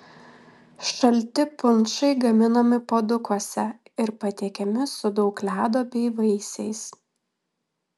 šalti punšai gaminami puodukuose ir patiekiami su daug ledo bei vaisiais